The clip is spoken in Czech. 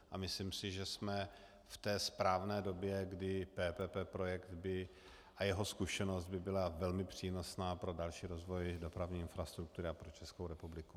A myslím si, že jsme v té správné době, kdy PPP projekt a jeho zkušenost by byly velmi přínosné pro další rozvoj dopravní infrastruktury a pro Českou republiku.